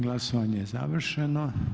Glasovanje je završeno.